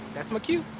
that's my cue!